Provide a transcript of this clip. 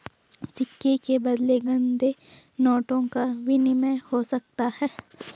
सिक्के के बदले गंदे नोटों का विनिमय हो सकता है